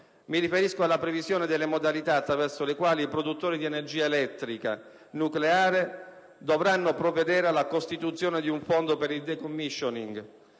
Mi riferisco alla previsione delle modalità attraverso le quali i produttori di energia elettrica nucleare dovranno provvedere alla costituzione di un fondo per il *decommissioning*,